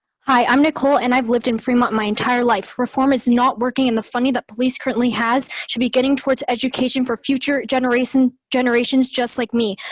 hi, i'm nicole and i've lived in fremont my entire life. reform is not working and the funding that police currently has should be getting towards education for future generations generations just like me.